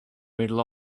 middle